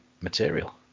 material